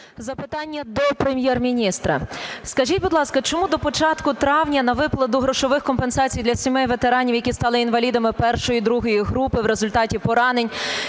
Запитання до Прем'єр-міністра. Скажіть, будь ласка, чому до початку травня на виплату грошових компенсацій для сімей ветеранів, які стали інвалідами І і ІІ груп в результаті поранень